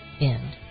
end